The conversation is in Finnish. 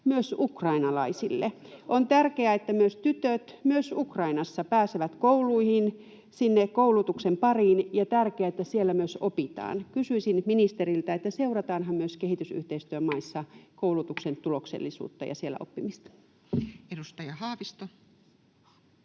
myös ukrainalaisille. On tärkeää, että myös tytöt myös Ukrainassa pääsevät kouluihin, sinne koulutuksen pariin, ja on tärkeää, että siellä myös opitaan. Kysyisin ministeriltä: seurataanhan myös kehitysyhteistyömaissa koulutuksen tuloksellisuutta ja oppimista? [Speech 63]